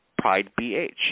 pridebh